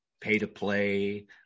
pay-to-play